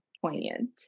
poignant